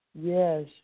Yes